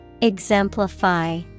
Exemplify